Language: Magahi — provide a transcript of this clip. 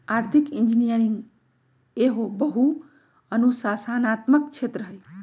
आर्थिक इंजीनियरिंग एहो बहु अनुशासनात्मक क्षेत्र हइ